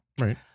right